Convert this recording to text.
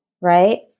right